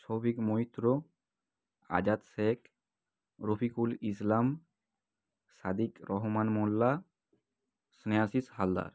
Shouvik Maitra Azad Sheikh Rafiqul Islam Sadiq Rahman Mollah Snehashis Haldar